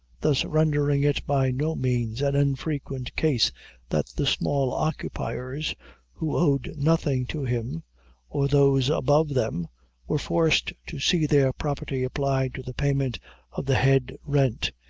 thus rendering it by no means an unfrequent case that the small occupiers who owed nothing to him or those above them were forced to see their property applied to the payment of the head rent,